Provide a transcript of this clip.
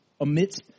amidst